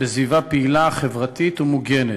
בסביבה פעילה, חברתית ומוגנת.